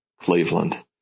Cleveland